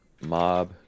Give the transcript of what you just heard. Mob